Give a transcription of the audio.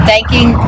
Thanking